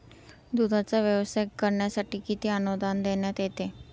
दूधाचा व्यवसाय करण्यासाठी किती अनुदान देण्यात येते?